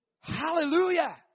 Hallelujah